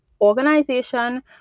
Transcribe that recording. organization